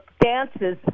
dances